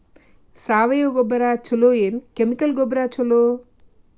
ಸಾವಯವ ಗೊಬ್ಬರ ಛಲೋ ಏನ್ ಕೆಮಿಕಲ್ ಗೊಬ್ಬರ ಛಲೋ?